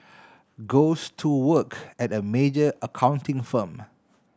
goes to work at a major accounting firm